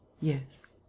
yes,